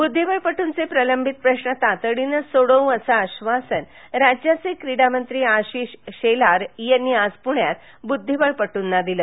बुद्धिबळपटुंचे प्रलंबित प्रश्न तातडीने सोडवू असं आश्वासन राज्याचे क्रीडामंत्री अशिष शेलार यांनी आज पुण्यात बुद्धिबळपटुंना दिलं